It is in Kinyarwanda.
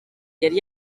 yari